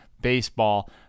baseball